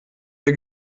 der